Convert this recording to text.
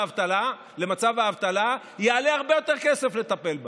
למצב האבטלה יעלה הרבה יותר כסף לטפל בהם.